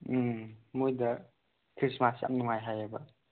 ꯎꯝ ꯃꯣꯏꯗ ꯈ꯭ꯔꯤꯁꯃꯥꯁ ꯌꯥꯝ ꯅꯨꯡꯉꯥꯏ ꯍꯥꯏꯌꯦꯕ